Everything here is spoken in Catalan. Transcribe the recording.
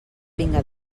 vinga